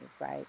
right